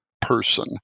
person